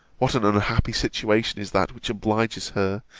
what an unhappy situation is that which obliges her,